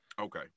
Okay